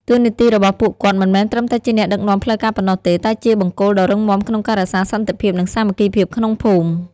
តួនាទីរបស់ពួកគាត់មិនមែនត្រឹមតែជាអ្នកដឹកនាំផ្លូវការប៉ុណ្ណោះទេ តែជាបង្គោលដ៏រឹងមាំក្នុងការរក្សាសន្តិភាព និងសាមគ្គីភាពក្នុងភូមិ។